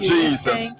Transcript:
Jesus